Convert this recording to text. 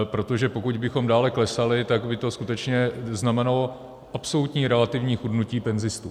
Protože pokud bychom dále klesali, tak by to skutečně znamenalo absolutní relativní chudnutí penzistů.